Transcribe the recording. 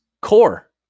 core